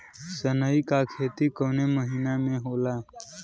सनई का खेती कवने महीना में होला?